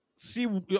See